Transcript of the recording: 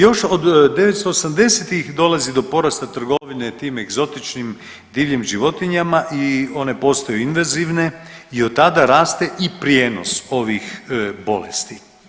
Još od 980-tih dolazi do porasta trgovine tim egzotičnim divljim životinjama i one postaju invazivne i od tada raste i prijenos ovih bolesti.